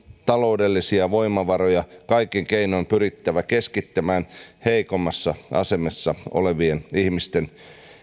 taloudellisia voimavaroja kaikin keinoin pyrittävä keskittämään heikommassa asemassa olevien ihmisten